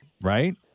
Right